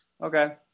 Okay